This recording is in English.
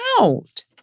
out